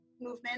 Movement